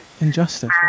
Injustice